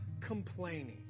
complaining